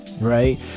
Right